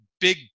big